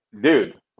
dude